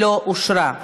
לא אושרה.